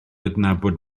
adnabod